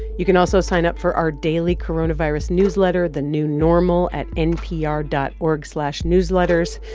you can also sign up for our daily coronavirus newsletter the new normal at npr dot org slash newsletters.